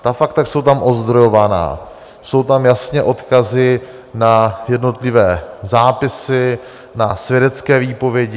Ta fakta jsou tam ozdrojovaná, jsou tam jasné odkazy na jednotlivé zápisy, na svědecké výpovědi.